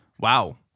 wow